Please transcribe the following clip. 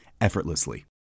effortlessly